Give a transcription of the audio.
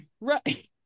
right